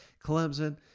Clemson